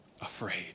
Afraid